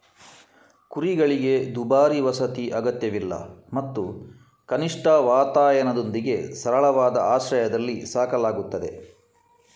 ಕುರಿಗಳಿಗೆ ದುಬಾರಿ ವಸತಿ ಅಗತ್ಯವಿಲ್ಲ ಮತ್ತು ಕನಿಷ್ಠ ವಾತಾಯನದೊಂದಿಗೆ ಸರಳವಾದ ಆಶ್ರಯದಲ್ಲಿ ಸಾಕಲಾಗುತ್ತದೆ